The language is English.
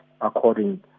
according